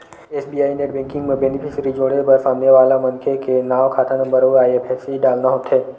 SBI net banking म beneficiary जोड़े बर सामने वाला मनखे के नांव, खाता नंबर अउ आई.एफ.एस.सी डालना होथे